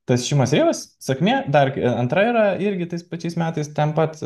tas šimas rievas sakmė dar antra yra irgi tais pačiais metais ten pat